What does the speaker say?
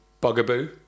bugaboo